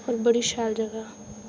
होर बड़ी शैल जगहा